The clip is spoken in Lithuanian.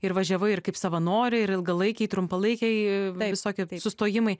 ir važiavai ir kaip savanorė ir ilgalaikiai trumpalaikiai visokie sustojimai